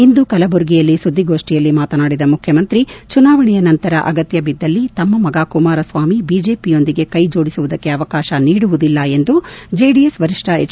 ಇಂದು ಕಲಬುರಗಿಯಲ್ಲಿ ಸುದ್ದಿಗೋಷ್ಠಿಯಲ್ಲಿ ಮಾತನಾಡಿದ ಮುಖ್ಖಮಂತ್ರಿ ಚುನಾವಣೆಯ ನಂತರ ಅಗತ್ಯ ಬಿದ್ದಲ್ಲಿ ತಮ್ಮ ಮಗ ಕುಮಾರಸ್ವಾಮಿ ಬಿಜೆಪಿಯೊಂದಿಗೆ ಕೈ ಜೋಡಿಸುವುದಕ್ಕೆ ಅವಕಾಶ ನೀಡುವುದಿಲ್ಲ ಎಂದು ಜೆಡಿಎಸ್ ವರಿಷ್ಲ ಎಚ್